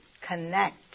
connect